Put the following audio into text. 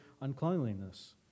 uncleanliness